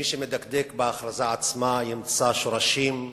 מי שמדקדק בהכרזה עצמה ימצא שורשים רבים,